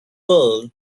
world